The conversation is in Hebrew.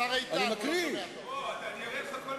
ראשית אני רוצה לברך את חברי חבר הכנסת הרב יעקב